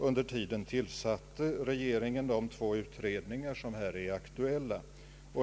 Under tiden tillsatte regeringen de två utredningar som nu är aktuella.